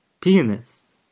pianist